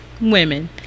women